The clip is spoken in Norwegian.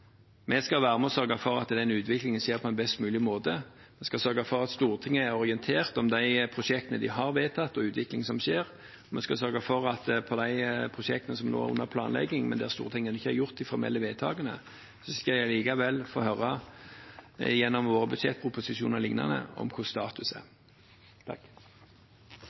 Vi skal være med og sørge for at den utviklingen skjer på en best mulig måte. Vi skal sørge for at Stortinget er orientert om prosjektene de har vedtatt, og utviklingen som skjer. Vi skal sørge for at når det gjelder de prosjektene som nå er under planlegging, der Stortinget ikke har fattet formelle vedtak, skal de likevel få vite status gjennom våre budsjettproposisjoner